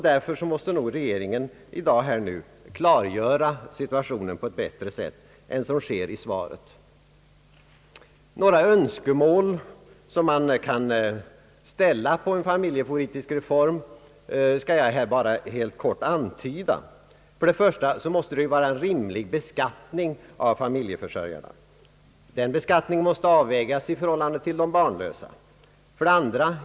Därför måste regeringen klargöra situationen på ett bättre sätt än som sker i svaret. Några önskemål som man kan ställa på en familjepolitisk reform skall jag här bara helt kort antyda: 1) Det måste vara en rimlig beskattning av familjeförsörjarna. Den beskattningen måste avvägas i förhållande till de barnlösa.